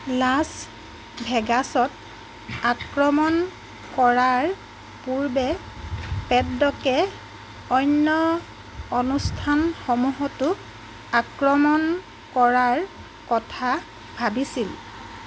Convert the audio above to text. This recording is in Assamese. লাছ ভেগাছত আক্ৰমণ কৰাৰ পূৰ্বে পেদ্দকে অন্য অনুষ্ঠানসমূহতো আক্ৰমণ কৰাৰ কথা ভাবিছিল